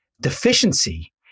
deficiency